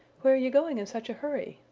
where are you going in such a hurry?